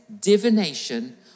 divination